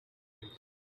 surface